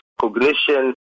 cognition